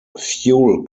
fuel